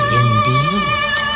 indeed